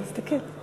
תסתכל.